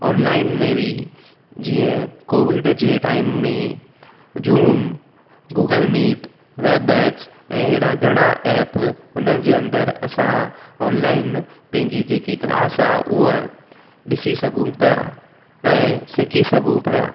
online में बि जीअं कोविड जे टाइम में ज़ूम गूगल मीट वेबएक्स ऐं अहिड़ा घणा एप हुननि जे अंदर असां ऑनलाइन पंहिंजी जेकी क्लास आहे उआ ॾिसी सघूं पिया ऐं सिखी सघूं पिया